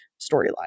storyline